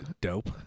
Dope